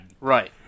Right